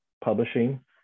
publishing